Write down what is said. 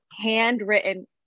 handwritten